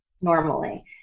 normally